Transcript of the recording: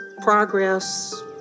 progress